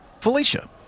Felicia